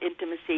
intimacy